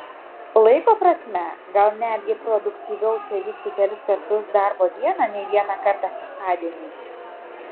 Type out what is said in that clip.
laiko prasme gal netgi produktyviau čia vykti kelis kartus darbo dieną nei vieną kartą šeštadienį